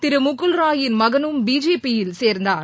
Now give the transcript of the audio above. திரு முகுல்ராயின் மகனும் பிஜேபியில் சேர்ந்தார்